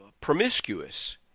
promiscuous